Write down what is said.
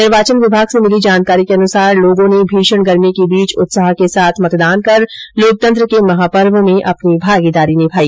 निर्वाचन विभाग से मिली जानकारी के अनुसार लोगों ने भीषण गर्मी के बीच उत्साह के साथ मतदान कर लोकतंत्र के महापर्व में अपनी भागीदारी निभाई